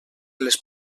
les